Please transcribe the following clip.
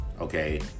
Okay